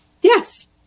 yes